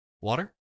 water